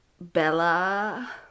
Bella